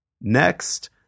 Next